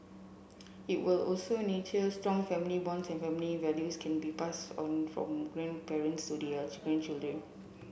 it will also nurture strong family bonds and family values can be pass on from grandparents to their to grandchildren